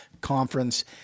conference